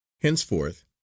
Henceforth